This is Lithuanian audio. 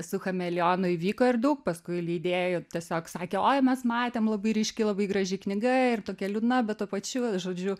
su chameleonu įvyko ir daug paskui lydėjo tiesiog sakė oi mes matėm labai ryški labai graži knyga ir tokia liūdna bet tuo pačiu žodžiu